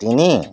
তিনি